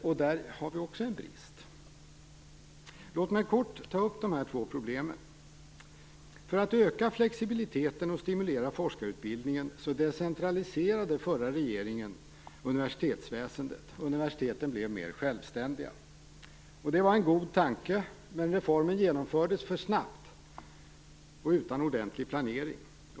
Här brister vi också. Låt mig kort ta upp dessa två problem. För att öka flexibiliteten och stimulera forskarutbildningen decentraliserade den förra regeringen universitetsväsendet. Universiteten blev mer självständiga. Det var en god tanke, men reformen genomfördes för snabbt och utan ordentlig planering.